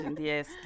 yes